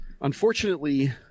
Unfortunately